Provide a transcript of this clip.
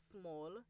small